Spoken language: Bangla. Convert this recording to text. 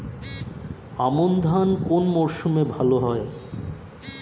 আমন ধান কোন মরশুমে ভাল হয়?